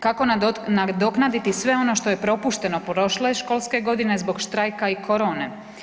Kako nadoknaditi sve ono što je propušteno prošle školske godine zbog štrajka i korone?